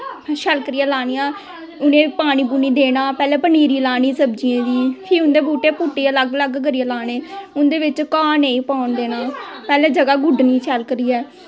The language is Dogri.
शैल करियै लानियां उनेंई पानी पूनीं देनी पैह्लें पनीरी लानी सब्जियें दी फ्ही उंदे बूह्टे पुट्टियै बक्ख बक्ख करियै लाने उंदे बिच्च घा नेंई पौन देना पैह्लैं जगह गुड्डनी शैल करियै